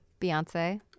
Beyonce